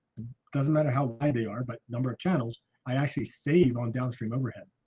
doesn't matter how high they are but number of channels i actually save on downstream overhead